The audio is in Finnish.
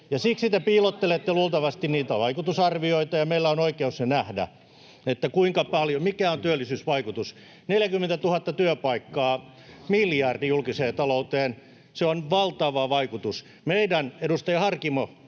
siksi te piilottelette niitä vaikutusarvioita. Meillä on oikeus nähdä, mikä on työllisyysvaikutus. 40 000 työpaikkaa, miljardi julkiseen talouteen, se on valtava vaikutus. Edustaja Harkimo,